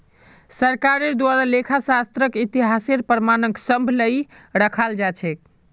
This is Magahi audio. सरकारेर द्वारे लेखा शास्त्रक इतिहासेर प्रमाणक सम्भलई रखाल जा छेक